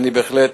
בהחלט,